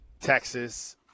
Texas